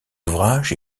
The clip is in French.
ouvrages